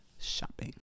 shopping